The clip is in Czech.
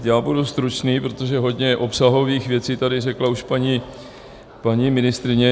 Já budu stručný, protože hodně obsahových věcí tady řekla už paní ministryně.